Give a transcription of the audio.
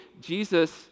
Jesus